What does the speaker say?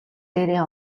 дээрээ